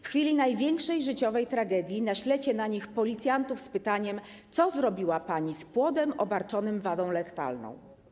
W chwili największej życiowej tragedii naślecie na nie policjantów z pytaniem, co zrobiła pani z płodem obarczonym wadą letalną.